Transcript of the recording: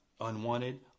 unwanted